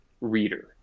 reader